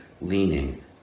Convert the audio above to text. leaning